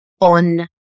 on